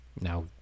Now